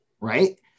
right